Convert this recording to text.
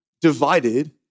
divided